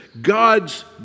God's